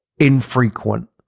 infrequent